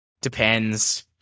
Depends